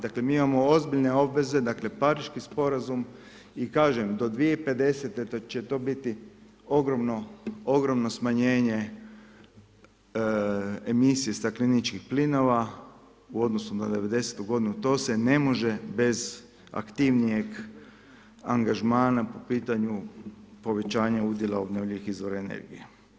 Dakle, mi imamo ozbiljne obveze, dakle, Pariški sporazum i kažem do 2050. to će biti ogromno smanjenje emisije stakleničkih plinova u odnosu na '90. g. to se ne može bez aktivnijeg angažmana po pitanju povećanja udjela obnovljivih izvora energije.